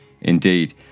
Indeed